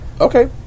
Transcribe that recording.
Okay